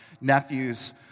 nephew's